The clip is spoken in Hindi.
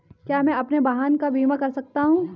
क्या मैं अपने वाहन का बीमा कर सकता हूँ?